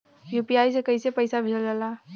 UPI से कइसे पैसा भेजल जाला?